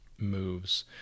moves